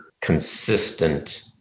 consistent